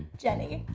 jenny.